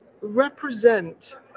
represent